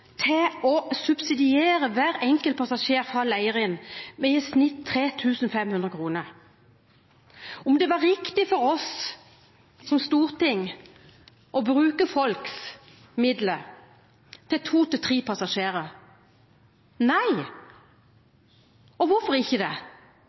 til å subsidiere hver enkelt passasjer fra Leirin med i snitt 3 500 kr, og om det var riktig av oss som storting å bruke folks midler til to–tre passasjerer. Nei, og hvorfor ikke det?